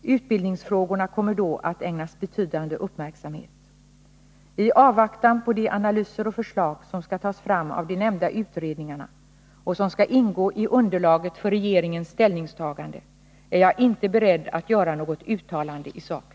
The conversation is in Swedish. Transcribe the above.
Utbildningsfrågorna kommer då att ägnas betydande uppmärksamhet. I avvaktan på de analyser och förslag som skall tas fram av de nämnda utredningarna och som skall ingå i underlaget för regeringens ställningstagande, är jag inte beredd att göra något uttalande i saken.